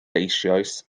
eisoes